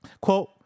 Quote